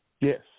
yes